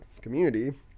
community